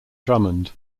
drummond